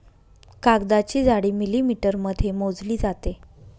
कागदाची जाडी मिलिमीटरमध्ये मोजली जाते